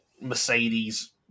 Mercedes